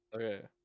Okay